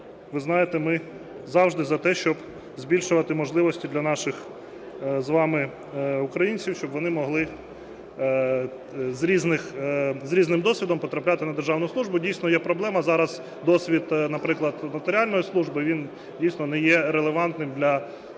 Ви знаєте, ми завжди за те, щоб збільшувати можливості для наших з вами українців, щоб вони могли з різним досвідом потрапляти на державну службу. Дійсно, є проблема. Зараз досвід, наприклад, нотаріальної служби, він, дійсно, не є релевантним для